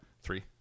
Three